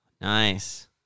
Nice